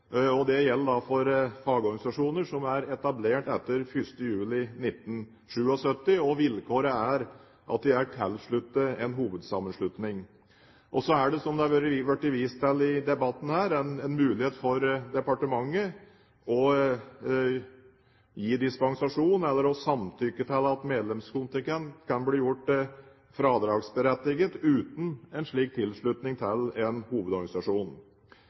gjelder for fagorganisasjoner som er etablert etter 1. juli 1977, og vilkåret er at de er tilsluttet en hovedsammenslutning. Og så er det, som det har vært vist til i debatten, en mulighet for departementet til å gi dispensasjon eller å samtykke til at medlemskontingent kan bli gjort fradragsberettiget uten en slik tilslutning til en hovedorganisasjon.